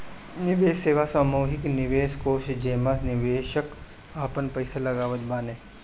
निवेश सेवा सामूहिक निवेश कोष जेमे निवेशक आपन पईसा लगावत बाने